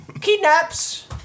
Kidnaps